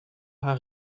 haar